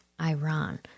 Iran